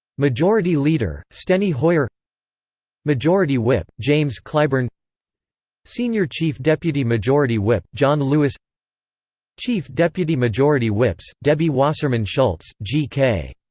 majority leader steny hoyer majority whip james clyburn senior chief deputy majority whip john lewis chief deputy majority whips debbie wasserman schultz, g k.